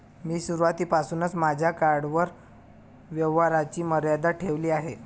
मी सुरुवातीपासूनच माझ्या कार्डवर व्यवहाराची मर्यादा ठेवली आहे